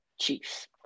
Chiefs